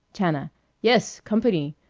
tana yes. company.